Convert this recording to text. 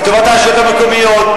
לטובת הרשויות המקומיות,